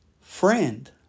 Friend